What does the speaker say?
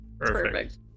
perfect